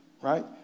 Right